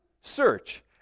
Search